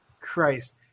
Christ